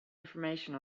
information